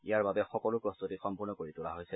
ইয়াৰ বাবে সকলো প্ৰস্তুতি সম্পূৰ্ণ কৰি তোলা হৈছে